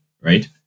right